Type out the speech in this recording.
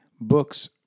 books